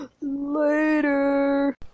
later